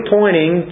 pointing